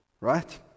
Right